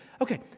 Okay